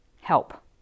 help